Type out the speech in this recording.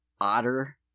otter